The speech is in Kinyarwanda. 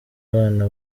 abana